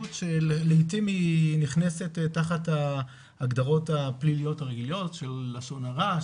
התנהגות שלעיתים היא נכנסת תחת ההגדרות הפליליות הרגילות של לשון הרע,